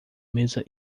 mesa